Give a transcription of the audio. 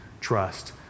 trust